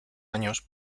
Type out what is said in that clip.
años